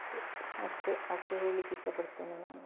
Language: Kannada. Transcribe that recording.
ಅಷ್ಟೆ ಅಷ್ಟೆ ಹೇಳ್ಲಿಕ್ಕೆ ಇಷ್ಟಪಡ್ತೇನೆ ನಾನು